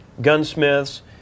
gunsmiths